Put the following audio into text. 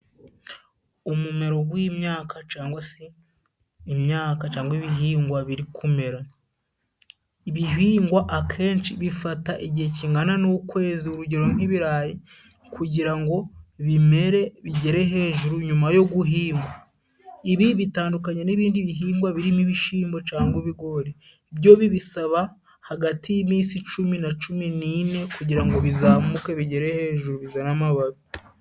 Umumero gw'imyaka cyangwa se imyaka ibihingwa biri kumera ibihingwa akenshi bifata igihe kingana n'ukwezi urugero nk'ibirayi kugira ngo bimere bigere hejuru nyuma yo guhingwa ibi bitandukanye n'ibindi bihingwa birimo ibishyimbo cyangwa ibigori byo bibisaba hagati y'iminsi cumi na cumi nine kugirango bizamuke bigere hejuru bizane amababi.